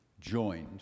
joined